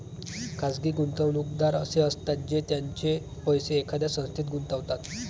खाजगी गुंतवणूकदार असे असतात जे त्यांचे पैसे एखाद्या संस्थेत गुंतवतात